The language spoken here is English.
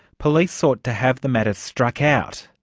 police sought to have the matter struck out,